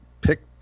pick